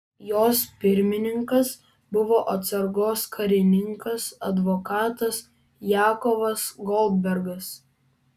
jos pirmininkas buvo atsargos karininkas advokatas jakovas goldbergas